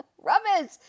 rubbish